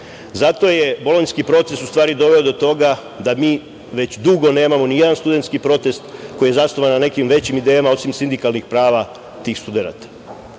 je Bolonjski proces u stvari doveo do toga da mi već dugo nemamo ni jedan studentski protest koji je zasnovan na nekim većim idejama osim sindikalnih prava tih studenata. Ne